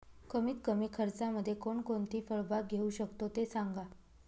कमीत कमी खर्चामध्ये कोणकोणती फळबाग घेऊ शकतो ते सांगा